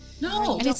No